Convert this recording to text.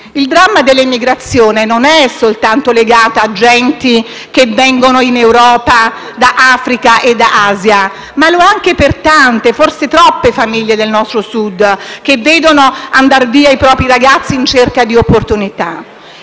il dramma dell'emigrazione non è soltanto legato a genti che vengono in Europa da Africa ed Asia, ma lo è anche per tante, forse troppe famiglie del nostro Sud, che vedono andar via i propri ragazzi in cerca di opportunità.